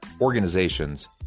organizations